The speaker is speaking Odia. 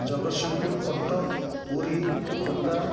ଜଗତସିଂହପୁର କଟକ ପୁରୀ ଖୋର୍ଦ୍ଧା